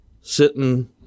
sitting